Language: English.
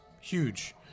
huge